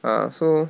ah so